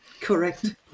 correct